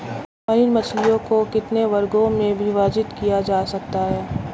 Marine मछलियों को कितने वर्गों में विभाजित किया जा सकता है?